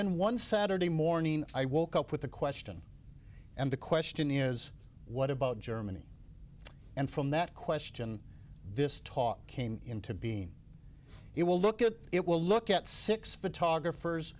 then one saturday morning i woke up with a question and the question is what about germany and from that question this top came into being it will look at it will look at six photographers